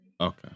okay